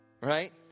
right